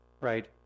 right